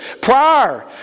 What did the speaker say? prior